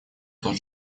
тот